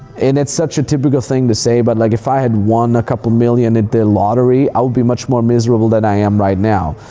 and it's such a typical thing to say, but like if i had one a couple million in the lottery, i would be much more miserable than i am right now.